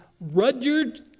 Rudyard